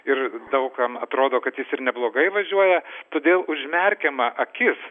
ir daug kam atrodo kad jis ir neblogai važiuoja todėl užmerkiama akis